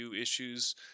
issues